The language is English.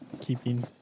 keeping